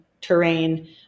terrain